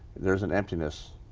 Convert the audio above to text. there's an emptiness.